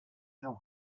how